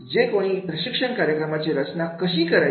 जे कोणी प्रशिक्षण कार्यक्रमाची रचना कशी करायची